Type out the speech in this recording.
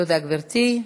תודה, גברתי.